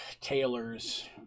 tailors